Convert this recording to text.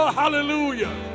hallelujah